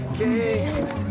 Okay